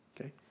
okay